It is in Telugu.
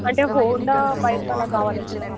అంటే హోండా బైక్ అలా కావాలి మ్యాడం